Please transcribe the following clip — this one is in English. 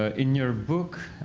ah in your book